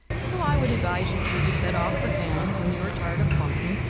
so i would advise you two, to set off for town, when you are tired of barton,